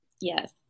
Yes